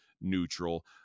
neutral